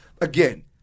again